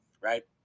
right